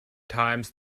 times